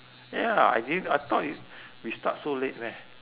ya I didn't I thought w~ we start so late meh